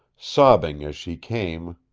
sobbing as she came,